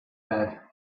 that